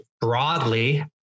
broadly